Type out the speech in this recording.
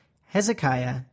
Hezekiah